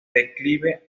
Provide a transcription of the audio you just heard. declive